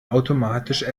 automatisch